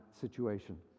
situation